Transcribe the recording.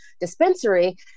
dispensary